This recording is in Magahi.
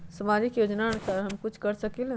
सामाजिक योजनानुसार हम कुछ कर सकील?